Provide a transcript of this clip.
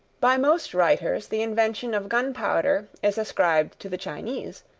by most writers the invention of gunpowder is ascribed to the chinese,